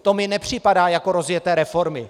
To mi nepřipadá jako rozjeté reformy.